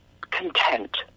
content